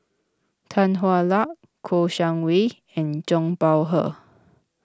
Tan Hwa Luck Kouo Shang Wei and Zhang Bohe